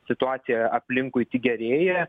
situacija aplinkui tik gerėja